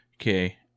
Okay